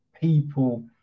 people